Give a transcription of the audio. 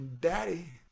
daddy